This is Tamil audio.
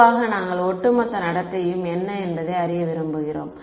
பொதுவாக நாங்கள் ஒட்டுமொத்த நடத்தையையும் என்ன என்பதை அறிய விரும்புகிறோம்